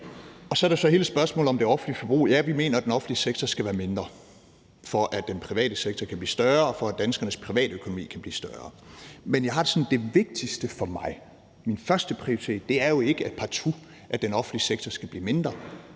jo så hele spørgsmålet om det offentlige forbrug. Ja, vi mener, den offentlige sektor skal være mindre, for at den private sektor kan blive større, og for at danskernes privatøkonomi kan blive større. Men jeg har det sådan, at det vigtigste for mig, altså min førsteprioritet, jo ikke er, at den offentlige sektor partout skal blive mindre.